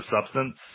substance